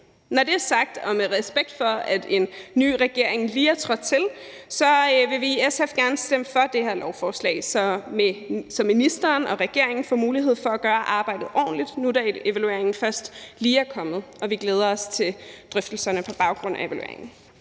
Når det er sagt – og med respekt for at en ny regering lige er trådt til – vil vi i SF gerne stemme for det her lovforslag, så ministeren og regeringen får mulighed for at gøre arbejdet ordentligt, nu evalueringen først lige er kommet. Vi glæder os til drøftelserne på baggrund af evalueringen.